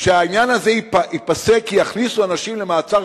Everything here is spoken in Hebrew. כי העניין הזה ייפסק כי יכניסו אנשים למעצר